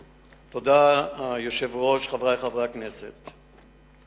תודה, היושב-ראש, חברי חברי הכנסת,